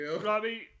Robbie